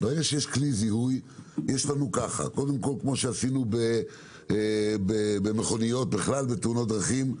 אזי כמו שעשינו במכוניות בכלל בתאונות דרכים,